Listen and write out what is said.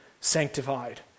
sanctified